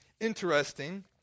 interesting